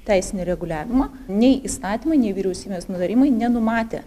teisinį reguliavimą nei įstatymai nei vyriausybės nutarimai nenumatė